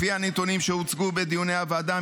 לפי הנתונים שהוצגו בדיוני הוועדה,